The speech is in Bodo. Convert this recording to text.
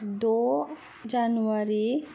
द' जानुवारि